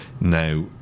Now